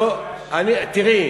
לא, אני, תראי,